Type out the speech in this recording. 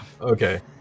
Okay